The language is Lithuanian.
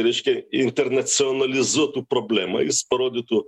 reikšia internacionalizuotų problemą jis parodytų